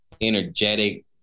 energetic